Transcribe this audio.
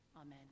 Amen